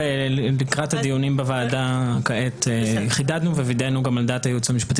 לקראת הדיונים בוועדה חידדנו - ווידאנו על דעת הייעוץ המשפטי